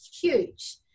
Huge